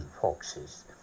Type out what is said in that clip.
foxes